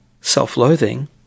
self-loathing